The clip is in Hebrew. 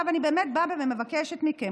עכשיו אני באמת באה ומבקשת מכם,